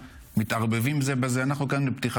אני מתכבדת להודיעכם,